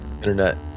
Internet